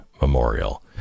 Memorial